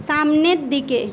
সামনের দিকে